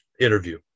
interview